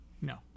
No